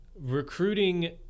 recruiting